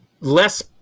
less